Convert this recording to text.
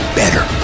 better